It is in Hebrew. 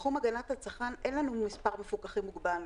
בתחום הגנת הצרכן אין לנו מספר מפוקחים מוגבל.